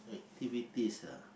activities ah